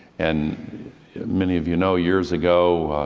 and many of you know, years ago,